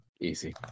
Easy